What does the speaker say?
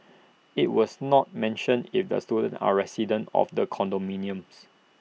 IT was not mentioned if the students are residents of the condominiums